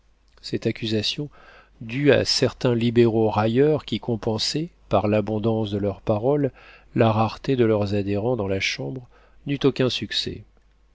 cette accusation due à certains libéraux railleurs qui compensaient par l'abondance de leurs paroles la rareté de leurs adhérents dans la chambre n'eut aucun succès